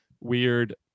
weird